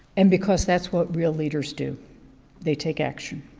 and because that's what real leaders do they take action?